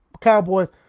Cowboys